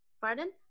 pardon